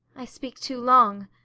i speak too long,